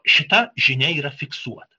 šita žinia yra fiksuota